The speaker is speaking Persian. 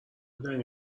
دنی